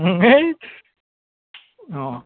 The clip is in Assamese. হেই অঁ